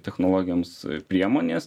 technologijoms priemonės